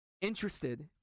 interested